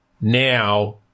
now